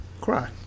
cry